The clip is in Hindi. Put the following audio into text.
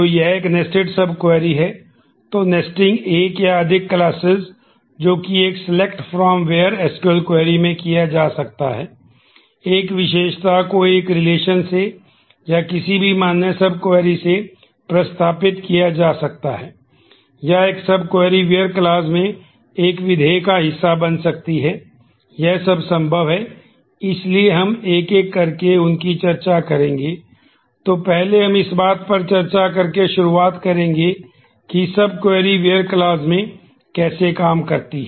तो यह एक नेस्टेड सब क्वेरी में कैसे काम करती है